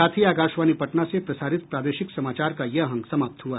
इसके साथ ही आकाशवाणी पटना से प्रसारित प्रादेशिक समाचार का ये अंक समाप्त हुआ